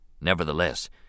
Nevertheless